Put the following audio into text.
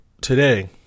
Today